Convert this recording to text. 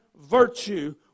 virtue